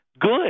good